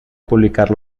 publicar